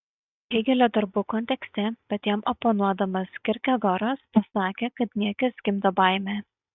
hėgelio darbų kontekste bet jam oponuodamas kirkegoras pasakė kad niekis gimdo baimę